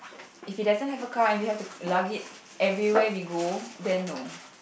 if he doesn't have a car and we have to lug it everywhere we go then no